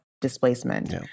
displacement